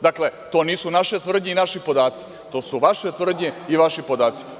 Dakle, to nisu naše tvrdnje i naši podaci, to su vaše tvrdnje i vaši podaci.